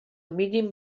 mínim